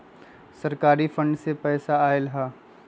सरकारी फंड से पईसा आयल ह?